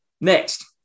next